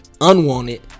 unwanted